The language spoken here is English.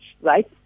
right